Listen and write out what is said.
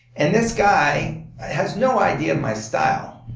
and this guy has no idea of my style,